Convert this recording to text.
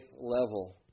level